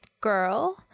girl